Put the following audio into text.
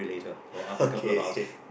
okay